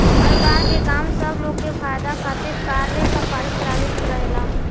अनुदान के काम सब लोग के फायदा खातिर कार्य संपादित करावे के रहेला